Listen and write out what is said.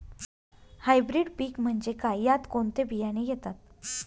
Hybrid पीक म्हणजे काय? यात कोणते बियाणे येतात?